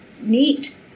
neat